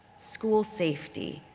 school safety,